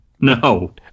No